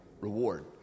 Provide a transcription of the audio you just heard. Reward